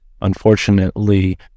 unfortunately